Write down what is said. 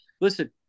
listen